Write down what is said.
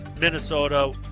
Minnesota